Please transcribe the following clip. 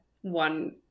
one